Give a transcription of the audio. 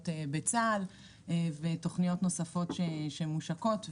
בצה"ל ועוד כל מיני תוכניות נוספות שמושקות.